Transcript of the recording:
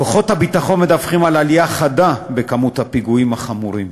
כוחות הביטחון מדווחים על עלייה חדה במספר הפיגועים החמורים,